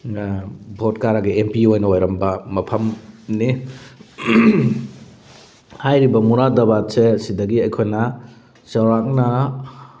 vote ꯀꯥꯔꯒ M P ꯑꯣꯏꯅ ꯑꯣꯏꯔꯝꯕ ꯃꯐꯝꯅꯤ ꯍꯥꯏꯔꯤꯕ ꯃꯨꯔꯥꯗꯕꯥꯗꯁꯦ ꯁꯤꯗꯒꯤ ꯑꯩꯈꯣꯏꯅ ꯆꯧꯔꯥꯛꯅ